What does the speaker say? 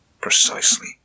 Precisely